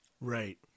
Right